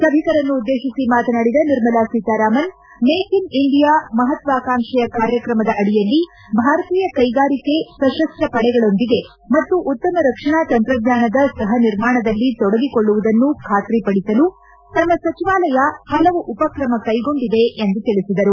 ಸಭಿಕರನ್ನುದ್ದೇತಿಸಿ ಮಾತನಾಡಿದ Nirmala Sitharaman make in India ಮಹತ್ವಾಕಾಂಕ್ಷೆಯ ಕಾರ್ಯಕ್ರಮದ ಅಡಿಯಲ್ಲಿ ಭಾರತೀಯ ಕೈಗಾರಿಕೆ ಸಶಸ್ತ ಪಡೆಗಳೊಂದಿಗೆ ಮತ್ತು ಉತ್ತಮ ರಕ್ಷಣಾ ತಂತ್ರಜ್ವಾನದ ಸಹ ನಿರ್ಮಾಣದಲ್ಲಿ ತೊಡಗಿಕೊಳ್ಳುವುದನ್ನು ಖಾತ್ರಪಡಿಸಲು ತಮ್ಮ ಸಚಿವಾಲಯ ಹಲವು ಉಪಕ್ರಮ ಕೈಗೊಂಡಿದೆ ಎಂದು ತಿಳಿಸಿದರು